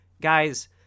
Guys